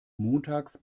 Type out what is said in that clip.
montags